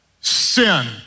sin